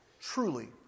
Truly